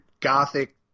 gothic